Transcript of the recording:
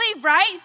right